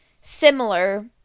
similar